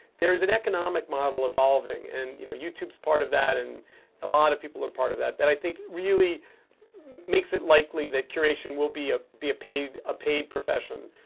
there is an economic model evolving and you know youtube's part of that, and a lot of people are part of that that i think really makes it likely that curation will be ah be a paid profession